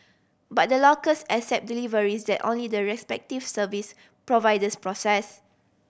but the lockers accept deliveries that only the respective service providers process